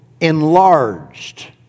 enlarged